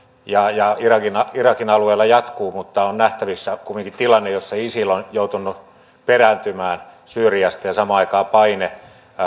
ja ja irakin irakin alueella jatkuvat on nähtävissä kumminkin tilanne jossa isil on joutunut perääntymään syyriasta ja samaan aikaan paine